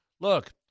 Look